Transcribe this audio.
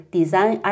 Design